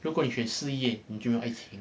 如果你选事业你就没有爱情